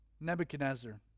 Nebuchadnezzar